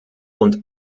und